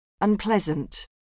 Unpleasant